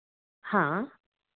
हाँ